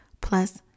Plus